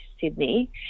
Sydney